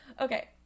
Okay